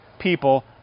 people